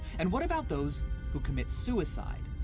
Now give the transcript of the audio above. and what about those who commit suicide?